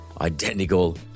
identical